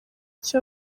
icyo